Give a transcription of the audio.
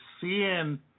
seeing